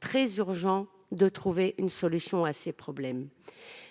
très urgent de trouver une solution à ces problèmes.